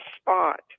spot